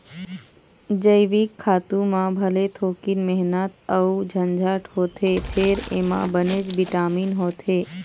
जइविक खातू म भले थोकिन मेहनत अउ झंझट होथे फेर एमा बनेच बिटामिन होथे